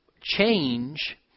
change